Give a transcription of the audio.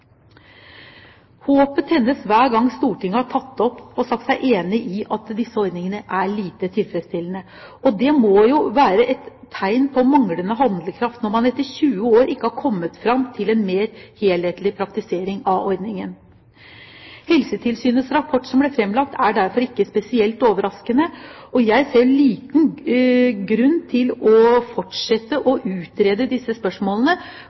Håpet tennes hver gang Stortinget har tatt opp og sagt seg enig i at disse ordningene er lite tilfredsstillende. Og det må jo være et tegn på manglende handlekraft når man etter 20 år ikke har kommet fram til en mer helhetlig praktisering av ordningen. Helsetilsynets rapport som ble fremlagt, er derfor ikke spesielt overraskende, og jeg ser liten grunn til å fortsette med å utrede disse spørsmålene,